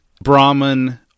Brahman